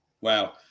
Wow